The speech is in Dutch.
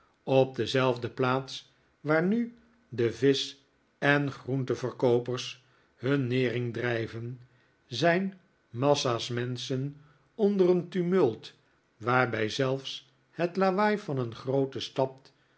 op dezelfde plaats waar nu de visch en groenteverkoopers hun nering drijven zijn massa's menschen onder een tumult waarbij zelfs het lawaai van een groote stad